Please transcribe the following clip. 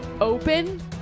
open